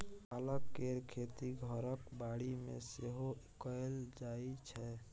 पालक केर खेती घरक बाड़ी मे सेहो कएल जाइ छै